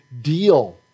deal